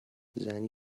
زنی